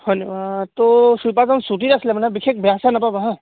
হয়নে ত' ছুইপাৰজন চুটীত আছিলে মানে বিশেষ বেয়া চেয়া নাপাবা হা